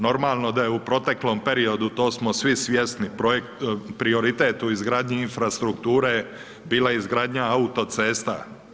Normalno da je u proteklom periodu, to smo svi svjesni, projekt, prioritet u izgradnji infrastrukture bila izgradnja autocesta.